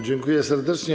Dziękuję serdecznie.